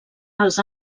als